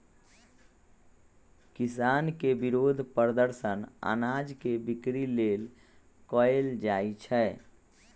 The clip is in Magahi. किसान के विरोध प्रदर्शन अनाज के बिक्री लेल कएल जाइ छै